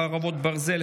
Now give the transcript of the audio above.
חרבות ברזל),